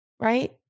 right